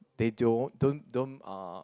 they don't don't don't uh